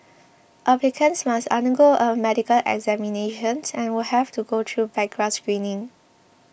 applicants must undergo a medical examination and will have to go through background screening